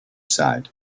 side